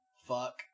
Fuck